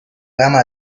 gama